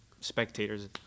spectators